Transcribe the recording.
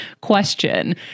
question